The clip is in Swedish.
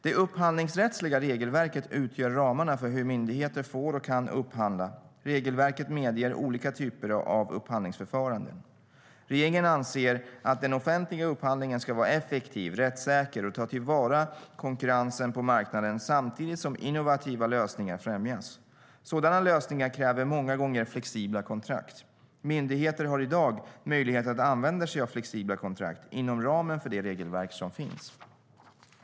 Det upphandlingsrättsliga regelverket utgör ramarna för hur myndigheter får och kan upphandla. Regelverket medger olika typer av upphandlingsförfaranden. Regeringen anser att den offentliga upphandlingen ska vara effektiv och rättssäker och ta till vara konkurrensen på marknaden samtidigt som innovativa lösningar främjas. Sådana lösningar kräver många gånger flexibla kontrakt. Myndigheter har i dag möjlighet att använda sig av flexibla kontrakt inom ramen för det regelverk som finns.